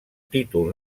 títol